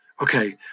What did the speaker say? okay